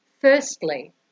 Firstly